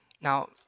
Now